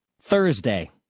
Thursday